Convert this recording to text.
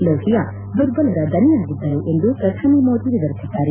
ಲೋಹಿಯಾ ದುರ್ಬಲರ ದನಿಯಾಗಿದ್ದರು ಎಂದು ಪ್ರಧಾನಿ ಮೋದಿ ವಿವರಿಸಿದ್ದಾರೆ